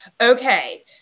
Okay